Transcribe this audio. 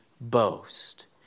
boast